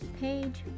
page